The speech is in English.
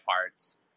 parts